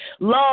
Love